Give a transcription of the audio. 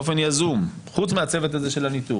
באופן יזום, חוץ מהצוות הזה של הניתור.